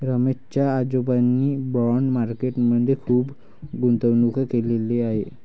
रमेश च्या आजोबांनी bond market मध्ये खुप गुंतवणूक केलेले आहे